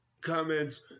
comments